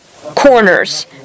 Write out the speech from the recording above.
corners